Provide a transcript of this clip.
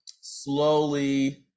slowly